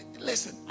listen